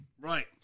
Right